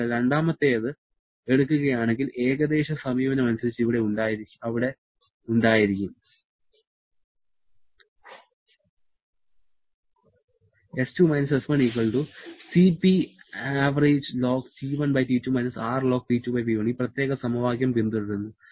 അതിനാൽ രണ്ടാമത്തേത് എടുക്കുകയാണെങ്കിൽ ഏകദേശ സമീപനമനുസരിച്ച് അവിടെ ഉണ്ടായിരിക്കും ഈ പ്രത്യേക സമവാക്യം പിന്തുടരുന്നു